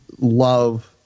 love